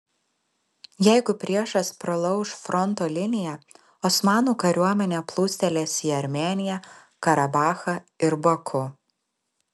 jeigu priešas pralauš fronto liniją osmanų kariuomenė plūstelės į armėniją karabachą ir baku